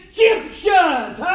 Egyptians